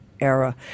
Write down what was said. Era